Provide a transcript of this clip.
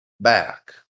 back